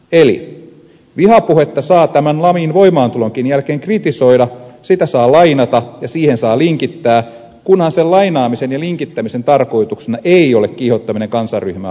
eli vihapuhetta saa tämän lain voimaantulonkin jälkeen kritisoida sitä saa lainata ja siihen saa linkittää kunhan sen lainaamisen ja linkittämisen tarkoituksena ei ole kiihottaminen kansanryhmää vastaan